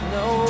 no